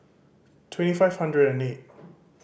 twenty five hundred and eight